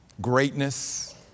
Greatness